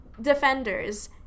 defenders